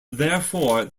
therefore